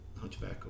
Hunchback